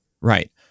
Right